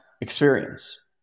experience